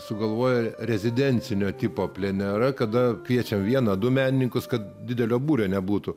sugalvoję rezidencinio tipo plenerą kada kviečia vieną du menininkus kad didelio būrio nebūtų